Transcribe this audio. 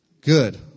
Good